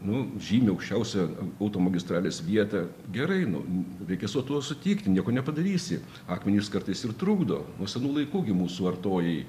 nu žymi aukščiausią automagistralės vietą gerai nu reikia su tuo sutikti nieko nepadarysi akmenys kartais ir trukdo nuo senų laikų gi mūsų artojai